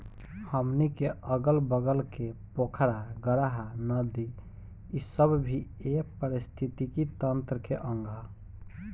हमनी के अगल बगल के पोखरा, गाड़हा, नदी इ सब भी ए पारिस्थिथितिकी तंत्र के अंग ह